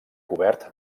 cobert